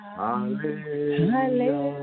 hallelujah